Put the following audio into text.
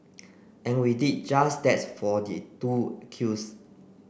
and we did just that for the two accused